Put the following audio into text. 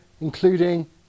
including